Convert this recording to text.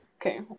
Okay